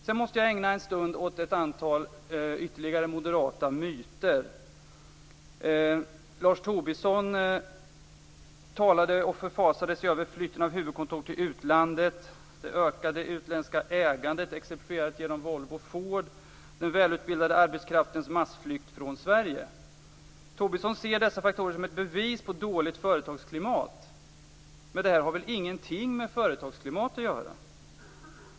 Sedan måste jag ägna en stund åt ytterligare ett antal moderata myter. Lars Tobisson förfasade sig över flytten av huvudkontor till utlandet, det ökade utländska ägandet, exemplifierat genom Volvo och Ford, och den välutbildade arbetskraftens massflykt från Sverige. Tobisson ser dessa faktorer som ett bevis på dåligt företagsklimat. Men det här har väl ingenting med företagsklimat att göra.